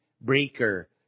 breaker